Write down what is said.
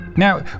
Now